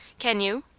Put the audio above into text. can you?